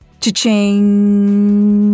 Cha-ching